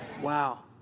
Wow